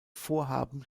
vorhaben